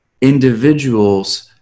individuals